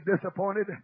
disappointed